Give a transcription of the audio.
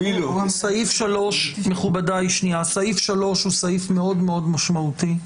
סעיף 3 הוא סעיף מאוד מאוד משמעותי,